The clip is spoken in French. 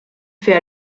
fait